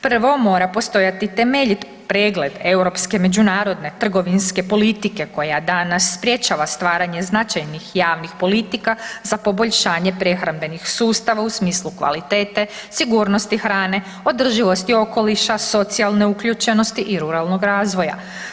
Prvo mora postojati temeljit pregled europske međunarodne trgovinske politike koja danas sprječava stvaranje značajnih javnih politika za poboljšanje prehrambenih sustava u smislu kvalitete, sigurnosti hrane, održivosti okoliša, socijalne uključenosti i ruralnog razvoja.